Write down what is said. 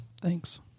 Thanks